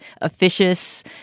officious